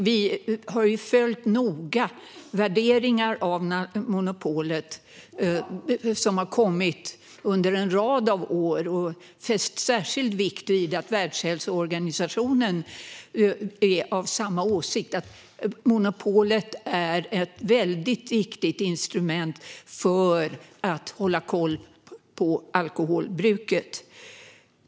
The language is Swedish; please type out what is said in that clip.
Vi har noga följt de utvärderingar av monopolet som har kommit under en rad år och fäst särskild vikt vid att Världshälsoorganisationen är av samma åsikt, nämligen att monopolet är ett väldigt viktigt instrument för att hålla koll på alkoholbruket.